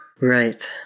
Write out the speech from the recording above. Right